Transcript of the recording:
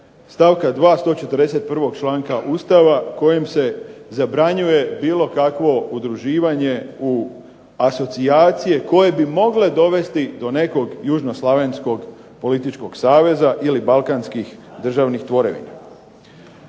stavka 2., 141. članka Ustava kojim se zabranjuje bilo kakvo udruživanje u asocijacije koje bi mogle dovesti do nekog južnoslavenskog političkog saveza ili balkanskih državnih tvorevina.